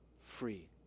free